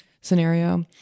scenario